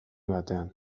batean